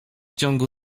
ciągu